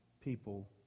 people